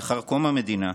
לאחר קום המדינה,